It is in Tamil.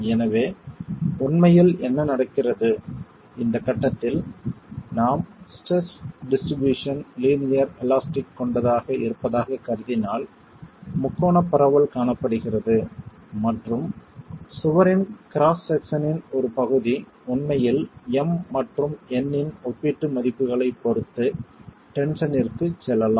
எனவே உண்மையில் என்ன நடக்கிறது இந்த கட்டத்தில் நாம் ஸ்ட்ரெஸ் டிஸ்ட்ரிபியூஷன் லீனியர் எலாஸ்டிக் கொண்டதாக இருப்பதாகக் கருதினால் முக்கோணப் பரவல் காணப்படுகிறது மற்றும் சுவரின் கிராஸ் செக்சனின் ஒரு பகுதி உண்மையில் M மற்றும் N இன் ஒப்பீட்டு மதிப்புகளைப் பொறுத்து டென்சனிற்குச் செல்லலாம்